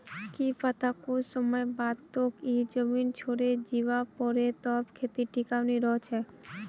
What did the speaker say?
की पता कुछ समय बाद तोक ई जमीन छोडे जीवा पोरे तब खेती टिकाऊ नी रह छे